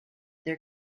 their